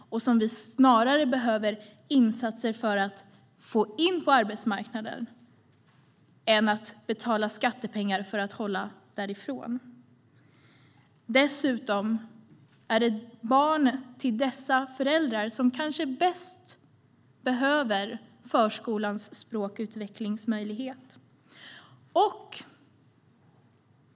Vi behöver snarare insatser för att få in dem på arbetsmarknaden än att vi betalar skattepengar för att hålla dem därifrån. Det är dessutom barn till dessa föräldrar som kanske bäst behöver förskolans språkutvecklingsmöjlighet.